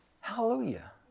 Hallelujah